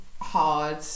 hard